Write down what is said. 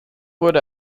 wurde